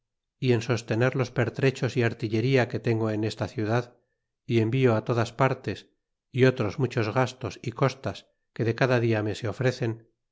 y en sostener los pertrechos y artilleria que tengo en esta ciudad y envio to das partes y otros muchos gastos y costas que de cada dia me se ofrecen